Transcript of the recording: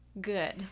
good